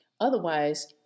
Otherwise